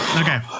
okay